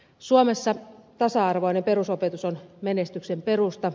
suomessa tasa arvoinen perusopetus on menestyksen perusta